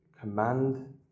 command